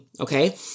okay